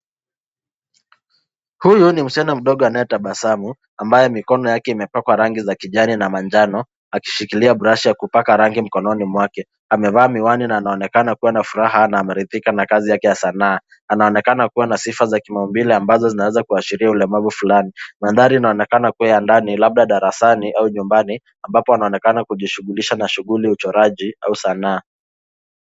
Huyu ni msichana mdogo anayetabasamu, ambaye mikono yake imepakwa rangi za kijani na manjano akishikilia brashi ya kupaka rangi mkononi mwake. Amevaa miwani na anaonekana kuwa na furaha na ameridhika na kazi yake ya sanaa. Anaonekana kuwa na sifa za kimaumbile ambazo zinaweza kuashiria ulemavu fulani. Mandhari inaonekana kuwa ya ndani labda darasani au nyumbani ambapo anaonekana kujishughulisha na shughuli ya uchoraji au sanaa.